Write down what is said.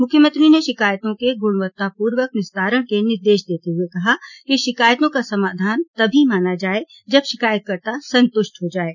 मुख्यमंत्री ने शिकायतों के गुणवत्तापूर्वक निस्तारण के निर्देश देते हुए कहा कि शिकायतों का समाधान तभी माना जाये जब शिकायतकर्ता संतुष्ट हो जाये